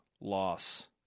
Loss